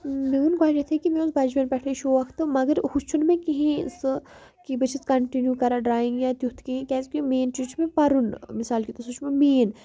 مےٚ ووٚن گۄڈنٮ۪تھٕے کہِ مےٚ اوس بَچپَن پٮ۪ٹھَے شوق تہٕ مگر ہُہ چھُنہٕ مےٚ کِہیٖنۍ سُہ کہِ بہٕ چھس کَنٹِنیوٗ کَران ڈرٛایِنٛگ یا تیُتھ کینٛہہ کیٛازِکہِ مین چیٖز چھُ مےٚ پَرُن مِثال کے طور سُہ چھُ مےٚ مین